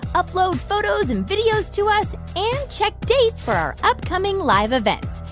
upload photos and videos to us and check dates for our upcoming live events.